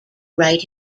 write